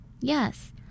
Yes